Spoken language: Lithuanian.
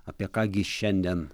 apie ką gi šiandien